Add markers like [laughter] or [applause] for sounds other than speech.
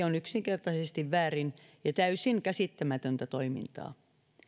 [unintelligible] on yksinkertaisesti väärin ja täysin käsittämätöntä toimintaa